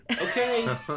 okay